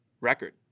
record